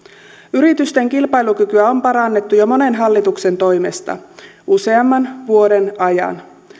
yritysten kilpailukykyä on parannettu jo monen hallituksen toimesta useamman vuoden ajan